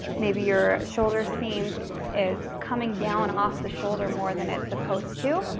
maybe your shoulder seam is coming down off the shoulder more than it's supposed to,